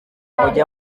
mujya